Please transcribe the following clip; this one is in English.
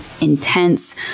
intense